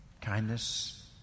Kindness